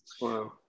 Wow